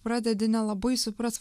pradedi nelabai suprast vat